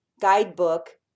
guidebook